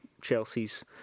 Chelsea's